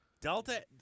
Delta